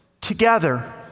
together